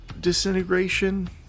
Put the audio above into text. disintegration